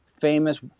famous